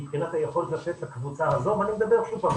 מבחינת היכולת לתת לקבוצה הזו ואני מדבר שוב פעם,